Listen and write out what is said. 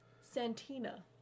Santina